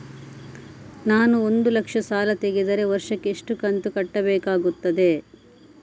ನಾನು ಒಂದು ಲಕ್ಷ ಸಾಲ ತೆಗೆದರೆ ವರ್ಷಕ್ಕೆ ಎಷ್ಟು ಕಂತು ಕಟ್ಟಬೇಕಾಗುತ್ತದೆ?